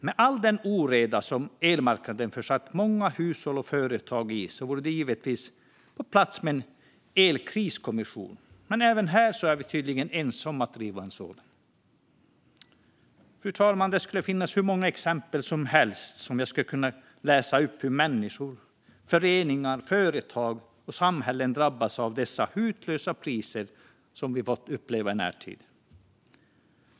Med all den oreda som elmarknaden försatt många hushåll och företag i vore det givetvis på plats med en elkriskommission, men även denna fråga är vi tydligen ensamma om att driva. Fru talman! Det finns hur många exempel som helst som jag skulle kunna läsa upp på hur människor, föreningar, företag och samhällen drabbas av dessa hutlösa elpriser som vi har fått uppleva i närtid.